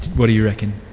what do you reckon?